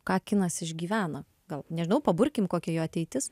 ką kinas išgyvena gal nežinau paburkim kokia jo ateitis